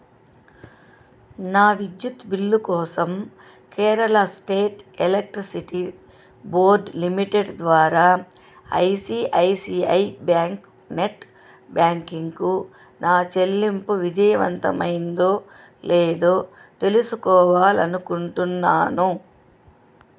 నా విద్యుత్ బిల్లు కోసం Kerala state electricity board limited ద్వారా I C I C I bank net బ్యాంకింగ్కు నా చెల్లింపు విజయవంతమైందో లేదో తెలుసుకోవాలి అనుకుంటున్నాను